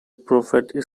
prophet